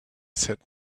said